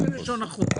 זו לשון החוק.